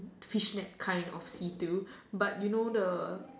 fishnet kind of see through but you know the